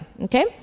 okay